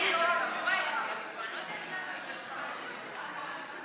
ההצעה להעביר את הצעת החוק לתיקון פקודת הבנקאות